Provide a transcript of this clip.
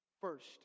First